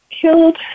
killed